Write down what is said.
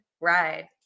ride